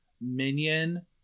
Minion